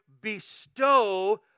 bestow